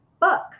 book